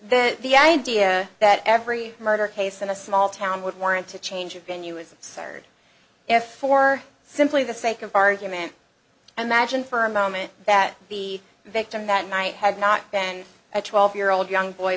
then the idea that every murder case in a small town would warrant a change of venue is absurd if for simply the sake of argument and madge and for a moment that the victim that night had not been a twelve year old young boy